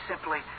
simply